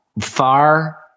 far